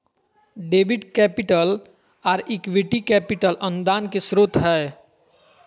debit capital, आर equity capital अनुदान के स्रोत हय